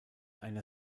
einer